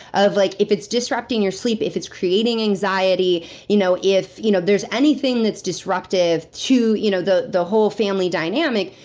of like if it's disrupting your sleep, if it's creating anxiety you know if you know there's anything disruptive to you know the the whole family dynamic,